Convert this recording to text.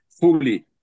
fully